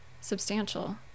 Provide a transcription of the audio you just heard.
substantial